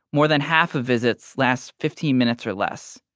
more than half of visits lasts fifteen minutes or less.